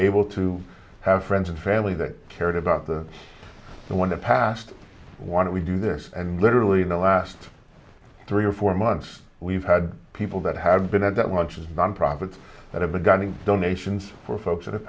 able to have friends and family that cared about the one that passed wanted we do this and literally in the last three or four months we've had people that have been at that watches nonprofits that have begun to donations for folks that have